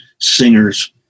singers